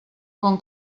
com